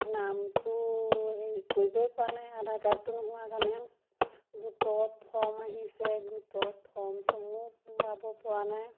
নামটো হেৰি কৰিবই পৱা নাই আধাৰ কাৰ্ডটো নোহোৱা কাৰণে গোটৰ ফৰ্ম আহিছে গোটৰ ফৰ্ম চমো পূৰাব পৰা নাই